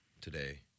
today